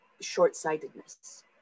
short-sightedness